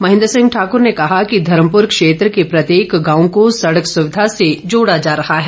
महेन्द्र सिंह ठाकुर ने कहा कि धर्मपुर क्षेत्र के प्रत्येक गांव को सड़क सुविधा से जोड़ा जा रहा है